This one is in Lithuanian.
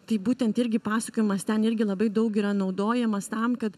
tai būtent irgi pasakojimas ten irgi labai daug yra naudojamas tam kad